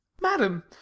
madam